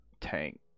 tank